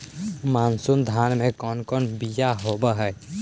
मनसूरी धान के कौन कौन बियाह होव हैं?